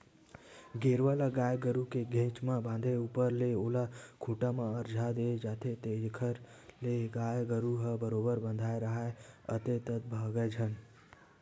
गेरवा ल गाय गरु के घेंच म बांधे ऊपर ले ओला खूंटा म अरझा दे जाथे जेखर ले गाय गरु ह बरोबर बंधाय राहय अंते तंते भागय झन